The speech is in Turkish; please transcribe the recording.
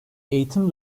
eğitim